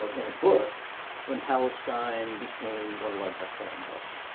in a book when palestine became one of our bestselling books.